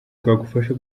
bwagufasha